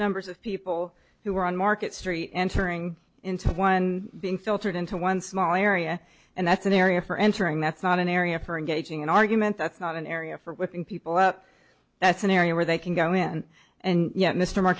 numbers of people who are on market street entering into one being filtered into one small area and that's an area for entering that's not an area for engaging an argument that's not an area for whipping people up that's an area where they can go in and yet mr m